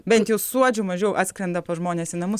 bent jau suodžių mažiau atskrenda pas žmones į namus